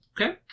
Okay